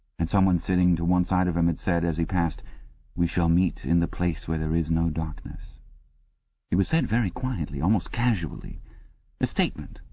and someone sitting to one side of him had said as he passed we shall meet in the place where there is no darkness it was said very quietly, almost casually a statement,